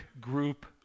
group